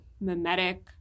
mimetic